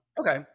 Okay